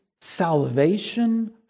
salvation